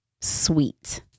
sweet